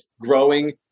growing